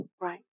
Right